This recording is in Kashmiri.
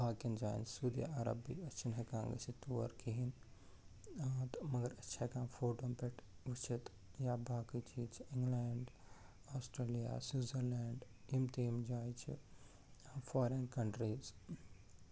باقِیَن جایَن سعودی عربیا چھِ ہٮ۪کان گٔژھِتھ طور کِہیٖنۍ تہٕ مگر أسۍ چھِ ہٮ۪کان فوٹٕوَن پٮ۪ٹھ وُچِتھ یا باقٕے چیٖز چھِ اِنگلینڈ آسٹریلیا سیوٗزَرلینٛڈ یِم تہِ یِم جایہِ چھےٚ فارین کَنٛٹریٖز